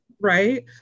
right